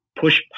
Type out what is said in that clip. Push